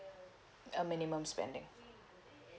a minimum spending